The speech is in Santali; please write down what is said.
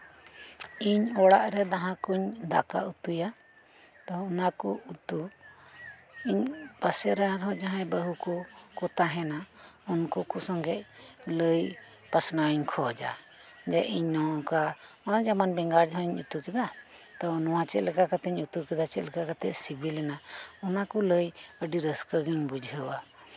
ᱤᱧ ᱚᱲᱟᱜ ᱨᱮ ᱡᱟᱸᱦᱟ ᱠᱚᱧ ᱫᱟᱠᱟ ᱩᱛᱩᱭᱟ ᱛᱟᱣ ᱚᱱᱟᱠᱚ ᱩᱛᱩ ᱤᱧ ᱯᱟᱥᱮᱨᱮ ᱟᱨᱦᱚᱸ ᱡᱟᱸᱦᱟᱭ ᱵᱟᱹᱦᱩ ᱠᱚ ᱛᱟᱸᱦᱮᱱᱟ ᱩᱱᱠᱩ ᱠᱚ ᱥᱚᱸᱜᱮ ᱞᱟᱹᱭ ᱯᱟᱥᱱᱟᱣᱤᱧ ᱠᱷᱚᱡᱽᱼᱟ ᱡᱮ ᱤᱧ ᱱᱚᱝᱠᱟ ᱦᱚᱸᱜᱼᱚᱭ ᱡᱮᱢᱚᱱ ᱤᱧ ᱵᱮᱸᱜᱟᱲ ᱡᱟᱸᱦᱟᱧ ᱩᱛᱩ ᱠᱮᱫᱟ ᱱᱚᱣᱟ ᱪᱮᱫ ᱞᱮᱠᱟ ᱠᱟᱛᱮᱧ ᱩᱛᱩ ᱠᱮᱫᱟ ᱪᱮᱫ ᱞᱮᱠᱟ ᱠᱟᱛᱮ ᱥᱤᱵᱤᱞᱮᱱᱟ ᱚᱱᱟᱠᱚ ᱞᱟᱹᱭ ᱟᱹᱰᱤ ᱨᱟᱹᱥᱠᱟᱹ ᱜᱤᱧ ᱵᱩᱡᱷᱟᱹᱣᱟ